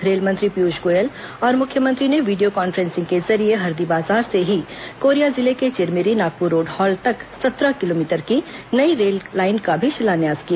rail मंत्री पीयूष गोयल और मुख्यमंत्री ने वीडियो कांफ्रेसिंग के जरिए हरदीबाजार से ही कोरिया जिले के चिरमिरी नागपुर रोड हाल्ट तक सत्रह किलोमीटर की नई रेललाइन का भी शिलान्यास किया